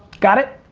got it?